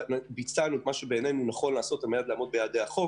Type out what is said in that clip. ביצענו את מה שבעינינו נכון על מנת לעמוד ביעדי החוק